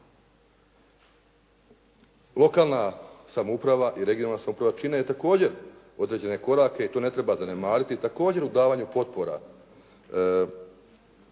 Lokalna samouprava i regionalna samouprava čine također određene korake i tu ne treba zanemariti i također u davanju potpora